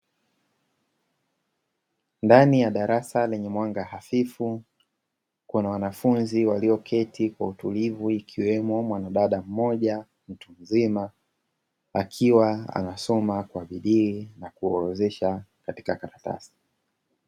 Ndani ya darasa lenye mwanga hafifu, kuna wanafunzi walioketi kwa utulivu akiwemo mwanadada mmoja akiwa anasoma kwa bidii na kuorodhesha katika karatasi.